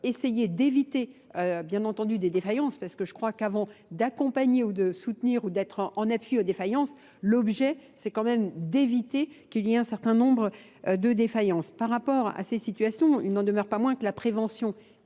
essayer d'éviter bien entendu des défaillances parce que je crois qu'avant d'accompagner ou de soutenir ou d'être en appui aux défaillances l'objet c'est quand même d'éviter qu'il y ait un certain nombre de défaillances. Par rapport à ces situations il n'en demeure pas moins que la prévention